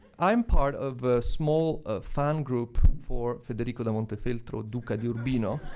i'm part of a small ah fan group for federico da montefeltro, duca di urbino.